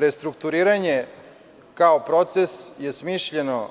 Restrukturiranje, kao proces, je smišljeno